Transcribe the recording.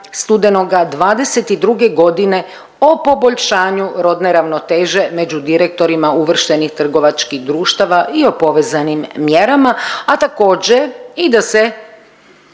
studenoga '22. godine o poboljšanju rodne ravnoteže među direktorima uvrštenih trgovačkih društava i o povezanim mjerama, a također i da se